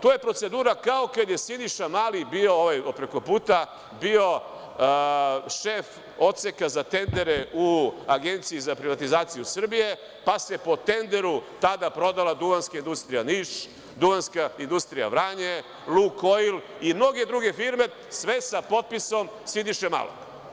To je procedura kao kad je Siniša Mali, ovaj od prekoputa, bio šef Odseka za tendere u Agenciji za privatizaciju Srbije, pa se po tenderu tada prodala Duvanska industrija Niš, Duvanska industrija Vranje, „Luk oil“ i mnoge druge firme, sve sa potpisom Siniše Malog.